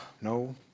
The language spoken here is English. no